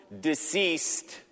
deceased